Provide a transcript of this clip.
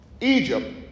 Egypt